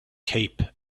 cape